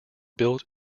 built